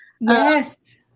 Yes